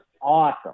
awesome